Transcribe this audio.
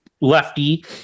Lefty